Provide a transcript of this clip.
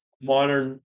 modern